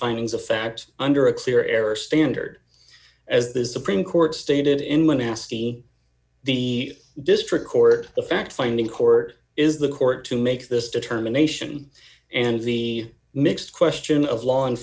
findings of fact under a clear error standard as this supreme court stated in one ascii the district court the fact finding court is the court to make this determination and the mixed question of law in